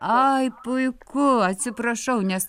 ai puiku atsiprašau nes